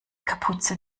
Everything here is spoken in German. kapuze